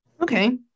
okay